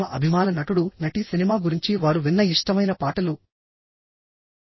తమ అభిమాన నటుడు నటి సినిమా గురించి వారు విన్న ఇష్టమైన పాటలు దర్శకుడు